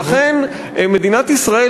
ולכן מדינת ישראל,